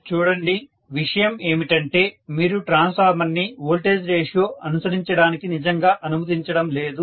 professor చూడండి విషయం ఏమిటంటే మీరు ట్రాన్స్ఫార్మర్ ని వోల్టేజ్ రేషియో అనుసరించడానికి నిజంగా అనుమతించడం లేదు